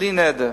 בלי נדר,